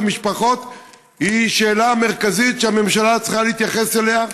משפחות היא שאלה מרכזית שהממשלה צריכה להתייחס אליה,